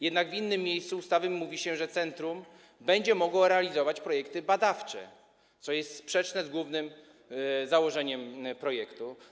Jednak w innym miejscu ustawy mówi się, że centrum będzie mogło realizować projekty badawcze, co jest sprzeczne z głównym założeniem projektu.